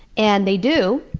and they do,